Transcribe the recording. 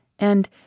and